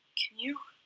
can you?